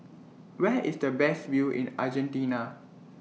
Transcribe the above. Where IS The Best View in Argentina